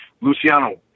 Luciano